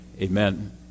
amen